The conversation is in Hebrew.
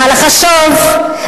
מה לחשוב,